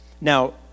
Now